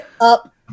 up